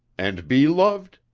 and be loved?